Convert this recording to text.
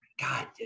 god